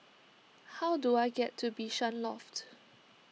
how do I get to Bishan Loft